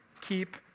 Keep